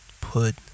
put